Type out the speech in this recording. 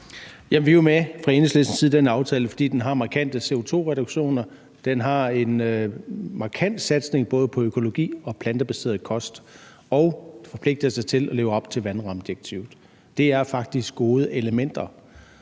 Vi er jo fra Enhedslistens side med i den aftale, fordi den har markante CO2-reduktioner, fordi den har en markant satsning på både økologi og plantebaseret kost og forpligter sig til at leve op til vandrammedirektivet. Det er faktisk gode elementer.